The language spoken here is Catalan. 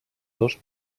dos